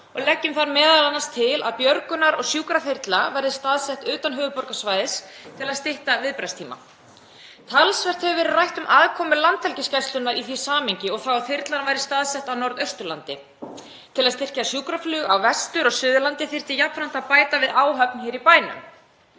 leggjum þar m.a. til að björgunar- og sjúkraþyrla verði staðsett utan höfuðborgarsvæðis til að stytta viðbragðstíma. Talsvert hefur verið rætt um aðkomu Landhelgisgæslunnar í því samhengi og þá að þyrlan væri staðsett á Norðausturlandi. Til að styrkja sjúkraflug á Vesturlandiog Suðurlandi þyrfti jafnframt að bæta við áhöfn hér í bænum.